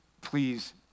please